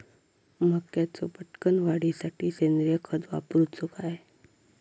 मक्याचो पटकन वाढीसाठी सेंद्रिय खत वापरूचो काय?